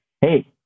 hey